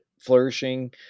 flourishing